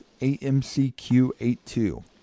AMCQ82